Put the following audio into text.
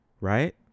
Right